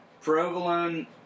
provolone